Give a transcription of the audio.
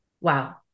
Wow